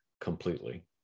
completely